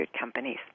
companies